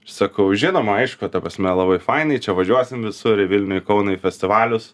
sakau žinoma aišku ta prasme labai fainai čia važiuosim visur į vilnių į kaunąį festivalius